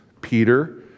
Peter